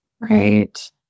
Right